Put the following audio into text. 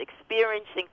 experiencing